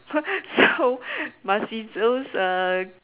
so must be those uh